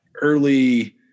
early